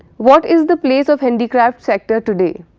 what is the place of handicraft sector today?